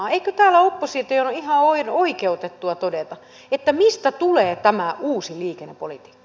eikö täällä opposition ole ihan oikeutettua todeta että mistä tulee tämä uusi liikennepolitiikka